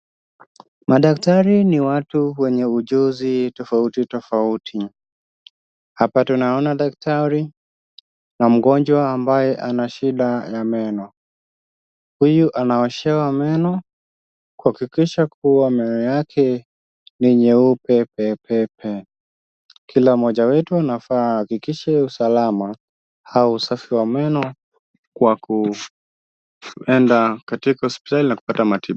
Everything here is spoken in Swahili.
Madaktari ni watu wenye ujuzi tofauti tofauti. Hapa tunaona daktari na mgonjwa ambaye ana shida ya meno. Huyu anaoshewa meno kuhakikisha kuwa meno yake ni nyeupe pepepe. Kila mmoja wetu anafaa ahakikishe usalama au usafi wa meno kwa kuenda katika hospitali na kupata matibabu.